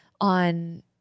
on